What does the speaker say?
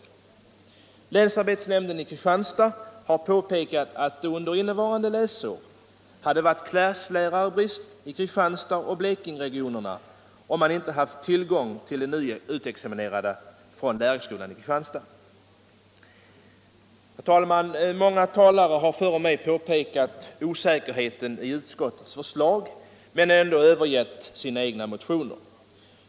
Länsarbetsnämnden i Kristianstad har påpekat att det under innevarande läsår hade varit klasslärarbrist i Kristianstadsoch Blekingeregionerna, om man inte hade haft tillgång till nyutexaminerade lärare från lärarutbildningen i Kristianstad. Herr talman! Många talare har före mig påpekat osäkerheten i utskottets förslag men ändå övergett sina motioner.